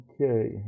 Okay